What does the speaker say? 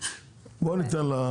בוא ניתן לה.